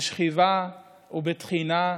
בשכיבה ובתחינה,